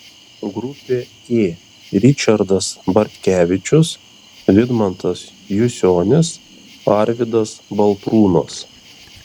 grupė ė ričardas bartkevičius vidmantas jusionis arvydas baltrūnas